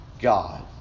God